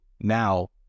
now